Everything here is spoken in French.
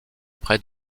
près